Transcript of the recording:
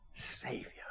Savior